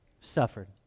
suffered